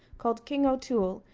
called king o'toole,